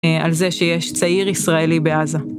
על זה שיש צעיר ישראלי בעזה.